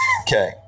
Okay